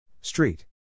Street